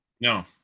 No